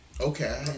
Okay